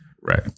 Right